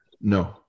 No